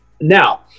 Now